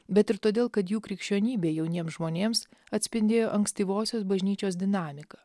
bet ir todėl kad jų krikščionybė jauniems žmonėms atspindėjo ankstyvosios bažnyčios dinamiką